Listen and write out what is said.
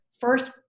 first